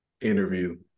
interview